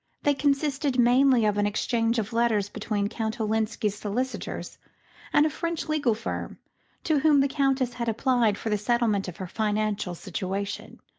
they consisted mainly of an exchange of letters between count olenski's solicitors and a french legal firm to whom the countess had applied for the settlement of her financial situation.